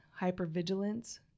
hypervigilance